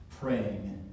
praying